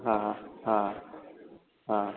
હા હા હા